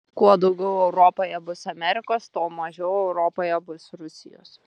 kuo daugiau europoje bus amerikos tuo mažiau europoje bus rusijos